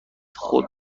خود